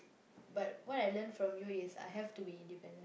but what I learnt from you is I have to be independent